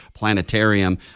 planetarium